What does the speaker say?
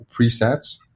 presets